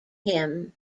him